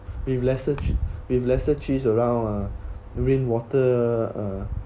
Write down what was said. with lesser with lesser chase around uh rainwater